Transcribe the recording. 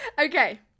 Okay